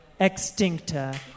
Extincta